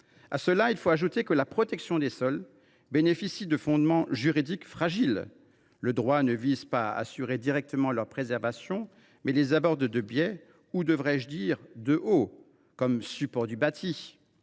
À cela, il faut ajouter que la protection des sols bénéficie de fondements juridiques fragiles. Le droit ne vise pas à assurer directement leur préservation, il les aborde de biais, ou devrais je dire « de haut », comme support du bâti,